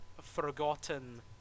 forgotten